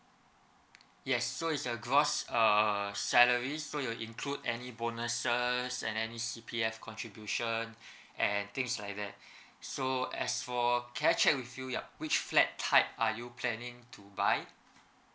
yes so is a gross salary err so you include any bonuses and any C_P_F contribution and things like that so as for can I check with you yup which flat type are you planning to buy